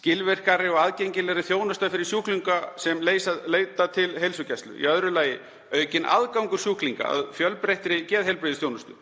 Skilvirkari og aðgengilegri þjónusta fyrir sjúklinga sem leita til heilsugæslu. Í öðru lagi aukinn aðgangur sjúklinga að fjölbreyttri geðheilbrigðisþjónustu.